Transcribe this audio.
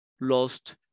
lost